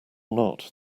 not